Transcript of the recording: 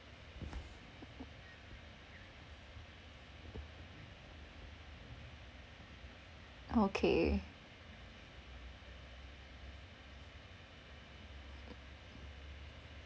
okay